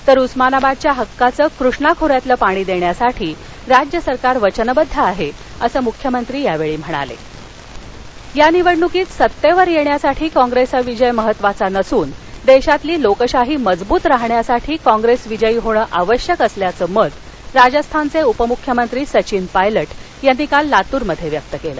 तर उस्मानाबादच्या हक्काचं कृष्णा खोऱ्यातलं पाणी दख्वासाठी राज्य सरकार वचनबद्ध आहा असं मुख्यमंत्री याप्रसंगी म्हणाला पायलट लातर या निवडणुकीत सत्तस्त यश्विसाठी कॉंग्रस्त्रा विजय महत्वाचा नसून दध्येतील लोकशाही मजबूत राहण्यासाठी कॉप्रस्तविजयी होण आवश्यक असल्याच मत राजस्थानचउिपमुख्यमंत्री सचिन पायलट यांनी काल लातूरमध्यव्यक्तिक क्वि